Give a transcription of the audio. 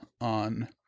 on